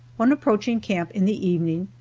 when approaching camp in the evening,